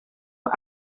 los